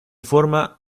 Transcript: forma